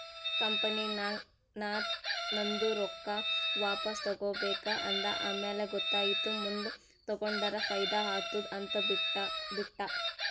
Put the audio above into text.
ಕಂಪನಿನಾಗ್ ನಾ ನಂದು ರೊಕ್ಕಾ ವಾಪಸ್ ತಗೋಬೇಕ ಅಂದ ಆಮ್ಯಾಲ ಗೊತ್ತಾಯಿತು ಮುಂದ್ ತಗೊಂಡುರ ಫೈದಾ ಆತ್ತುದ ಅಂತ್ ಬಿಟ್ಟ